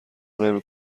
نمی